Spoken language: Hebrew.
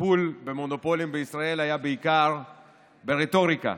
הטיפול במונופולים בישראל היה בעיקר ברטוריקה,